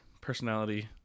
personality